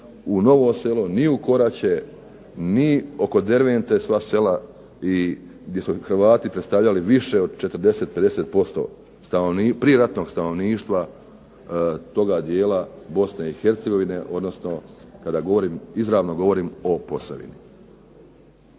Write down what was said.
u Novo Selo, ni u Koraće, ni oko Dervente sva sela i gdje su Hrvati predstavljali više od 40, 50% prijeratnog stanovništva toga dijela Bosne i Hercegovine, odnosno kada govorim izravno govorim o Posavini.